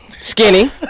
Skinny